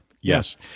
yes